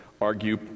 argue